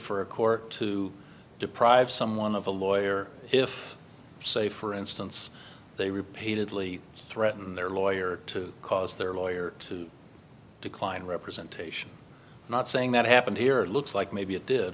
for a court to deprive someone of a lawyer if say for instance they repay diddly threaten their lawyer to cause their lawyer to decline representation not saying that happened here it looks like maybe it did